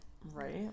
Right